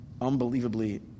unbelievably